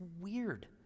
weird